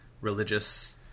religious